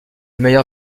meilleur